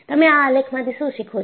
તમે આ આલેખમાંથી શું શીખો છો